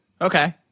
Okay